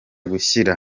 gushira